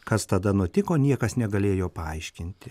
kas tada nutiko niekas negalėjo paaiškinti